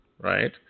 Right